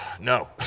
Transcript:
No